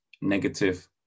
negative